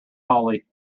hawley